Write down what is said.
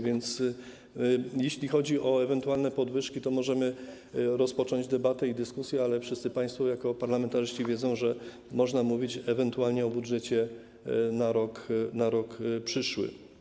Więc jeśli chodzi o ewentualne podwyżki, to możemy rozpocząć debatę, dyskusję, ale wszyscy państwo jako parlamentarzyści wiedzą, że można mówić ewentualnie o budżecie na rok przyszły.